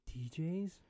DJs